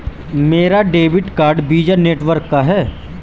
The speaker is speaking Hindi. मेरा डेबिट कार्ड वीज़ा नेटवर्क का है